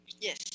Yes